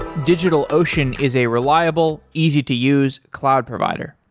digitalocean is a reliable, easy to use cloud provider.